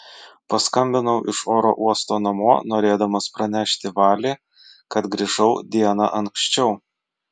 paskambinau iš oro uosto namo norėdamas pranešti vali kad grįžau diena anksčiau